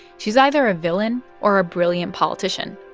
she's either a villain or a brilliant politician.